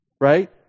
Right